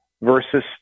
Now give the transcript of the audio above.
versus